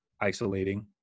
isolating